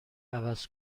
عوض